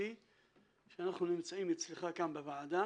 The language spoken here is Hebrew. החמישי שאנחנו נמצאים אצלך כאן בוועדה